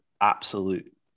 absolute